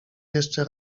jeszcze